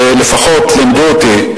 לפחות לימדו אותי,